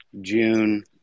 June